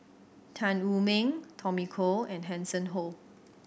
Tan Wu Meng Tommy Koh and Hanson Ho